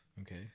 Okay